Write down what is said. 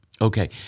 Okay